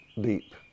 deep